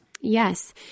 Yes